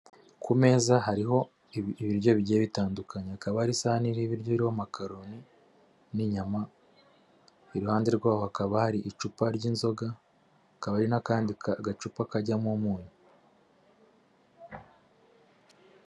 Ku meza hariho ibiryo bigiye bitandukanyekanye. Hakaba hari isahani y'ibiryo iriho makaroni n'inyama. Iruhande rwaho hakaba hari icupa ry'inzoga hakaba n'akandi gacupa kajyamo umunyu.